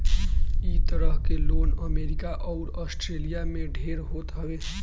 इ तरह के लोन अमेरिका अउरी आस्ट्रेलिया में ढेर होत हवे